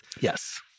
Yes